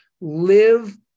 live